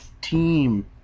team